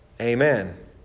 amen